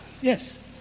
Yes